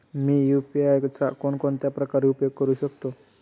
मी UPI चा कोणकोणत्या प्रकारे उपयोग करू शकतो?